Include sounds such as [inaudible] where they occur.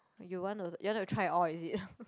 you want to you want to try all is it [laughs]